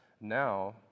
now